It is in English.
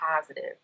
positive